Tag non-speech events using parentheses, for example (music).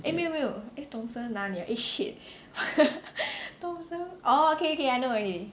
eh 没有没有 eh thomson 哪里 ah shit (laughs) thomson orh okay okay I know already